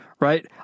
Right